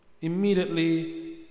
immediately